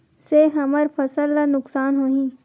से हमर फसल ला नुकसान होही?